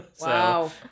Wow